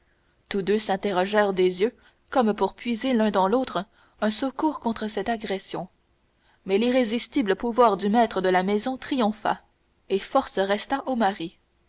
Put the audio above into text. tous deux s'interrogèrent des yeux comme pour puiser l'un dans l'autre un secours contre cette agression mais l'irrésistible pouvoir du maître de la maison triompha et force resta au mari